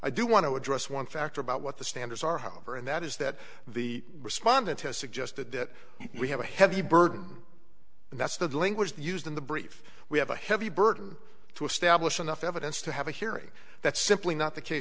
i do want to address one factor about what the standards are however and that is that the respondent has suggested that we have a heavy burden and that's the language used in the brief we have a heavy burden to establish enough evidence to have a hearing that's simply not the case